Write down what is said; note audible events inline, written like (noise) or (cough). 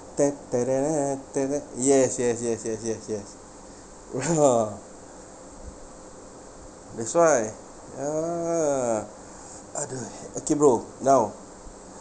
(noise) yes yes yes yes yes yes ya that's why ah adui okay bro now